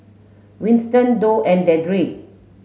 Winston Doug and Dedric